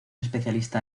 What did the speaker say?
especialista